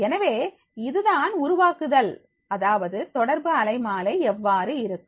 எனவே இதுதான் உருவாக்குதல் அதாவது தொடர்பு அலைமாலை எவ்வாறு இருக்கும்